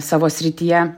savo srityje